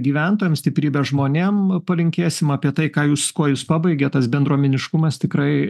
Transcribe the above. gyventojams stiprybės žmonėm palinkėsim apie tai ką jūs kuo jūs pabaigėt tas bendruomeniškumas tikrai